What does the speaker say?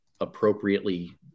appropriately